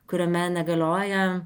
kuriame negalioja